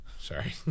Sorry